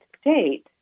state